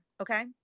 okay